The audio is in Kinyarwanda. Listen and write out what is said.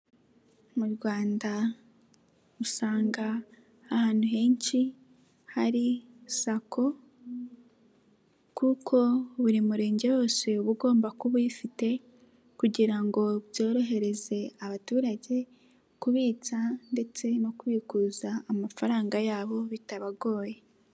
Mu Rwanda usanga ahantu henshi hari SACCO kuko buri Murenge wose uba ugomba kuba uyifite kugira ngo byorohereze abaturage kubitsa ndetse no kubikuza amafaranga yabo bitabagoye.